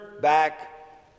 back